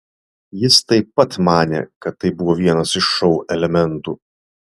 jis taip pat manė kad tai buvo vienas iš šou elementų